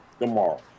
tomorrow